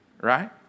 Right